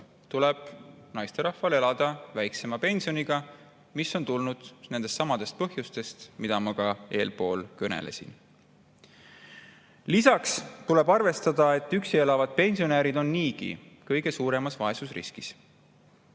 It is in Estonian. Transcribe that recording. tuleb naisterahval elada väiksema pensioniga, [kusjuures pension on väike] nendelsamadel põhjustel, millest ma eelpool kõnelesin. Lisaks tuleb arvestada, et üksi elavad pensionärid on niigi kõige suuremas vaesusriskis.